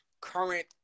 current